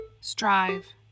strive